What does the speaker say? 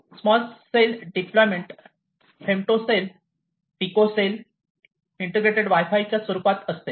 small cell deployment femtocell picocell integrated wifi च्या स्वरूपात असते